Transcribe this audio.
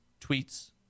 tweets